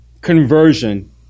conversion